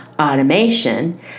automation